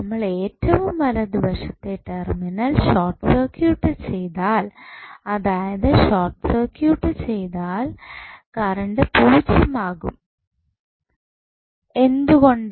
നമ്മൾ ഏറ്റവും വലതുവശത്തെ ടെർമിനൽ ഷോർട്ട് സർക്യൂട്ട് ചെയ്താൽ അതായത് ഷോർട്ട് സർക്യൂട്ട് ചെയ്താൽ കറണ്ട് പൂജ്യം ആകും എന്തുകൊണ്ട്